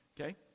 okay